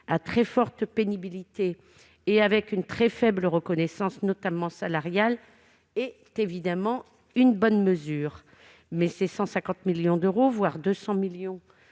à très forte pénibilité, bénéficient d'une faible reconnaissance, notamment salariale, est évidemment une bonne mesure. Mais ces 150 millions d'euros, voire 200 millions